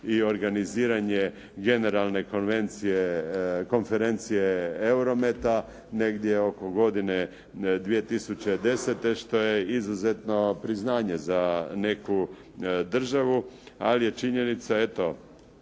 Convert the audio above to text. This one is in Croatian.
i organiziranje generalne konferencije EUROMET-a negdje oko godine 2010. što je izuzetno priznanje za neku državu, ali je činjenica da